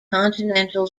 continental